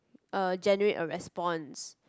uh generate a response